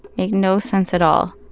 make no sense at all.